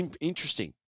interesting